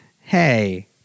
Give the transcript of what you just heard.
Hey